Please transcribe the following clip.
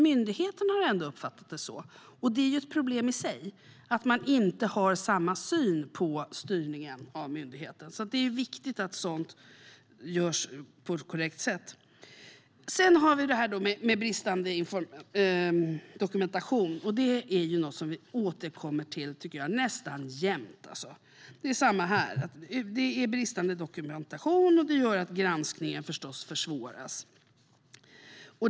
Myndigheten har dock uppfattat det så, och det är ett problem i sig att man inte har samma syn på styrningen av myndigheten. Det är alltså viktigt att sådant görs på ett korrekt sätt. Sedan har vi detta med bristande dokumentation, och det är något jag tycker att vi återkommer till nästan jämt. Det är samma här; det är bristande dokumentation, och det gör förstås att granskningen försvåras.